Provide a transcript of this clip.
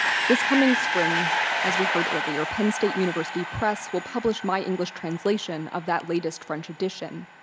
this coming spring as we heard earlier, penn state university press will publish my english translation of that latest french edition.